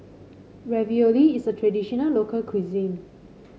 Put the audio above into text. ravioli is a traditional local cuisine